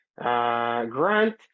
grant